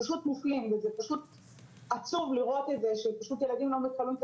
פשוט מופלים וזה עצוב לראות את זה שהילדים לא מקבלים את